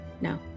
no